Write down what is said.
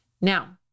Now